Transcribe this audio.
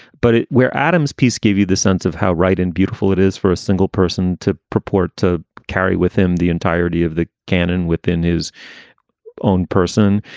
but where adam's piece gave you the sense of how right and beautiful it is for a single person to purport to carry with him the entirety of the canon within his own person,